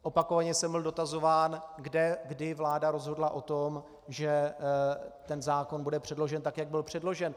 Opakovaně jsem byl dotazován, kde kdy vláda rozhodla o tom, že ten zákon bude předložen tak, jak byl předložen.